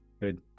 Good